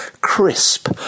Crisp